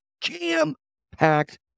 jam-packed